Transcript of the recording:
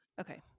okay